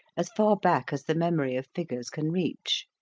as far back as the memory of figures can reach.